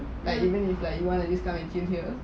like even like you just want to come and chill here